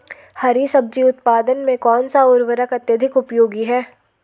हरी सब्जी उत्पादन में कौन सा उर्वरक अत्यधिक उपयोगी है?